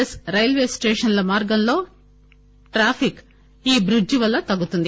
yes railway స్టేషన్ల మార్గంలో traffic ఈ బ్రిడ్జి వల్ల తగ్గుతుంది